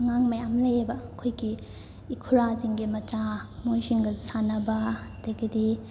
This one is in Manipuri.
ꯑꯉꯥꯡ ꯃꯌꯥꯝ ꯂꯩꯌꯦꯕ ꯑꯩꯈꯣꯏꯒꯤ ꯏꯈꯨꯔꯥꯁꯤꯡꯒꯤ ꯃꯆꯥ ꯃꯣꯏꯁꯤꯡꯒ ꯁꯥꯟꯅꯕ ꯑꯗꯒꯤꯗꯤ